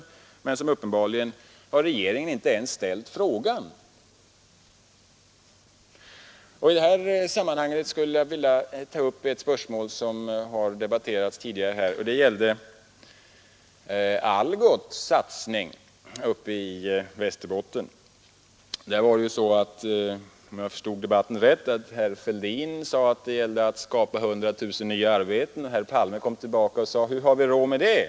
Men regeringen har uppenbarligen inte ens ställt frågan. I detta sammanhang skulle jag vilja ta upp ett spörsmål som har debatterats tidigare här. Det gäller Algots satsning i Västerbotten. Om jag förstod debatten rätt, sade herr Fälldin att det gällde att skapa 100 000 nya arbeten. Herr Palme kom tillbaka och sade: ”Hur har vi råd med det?